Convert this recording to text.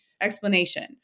explanation